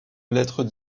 lettres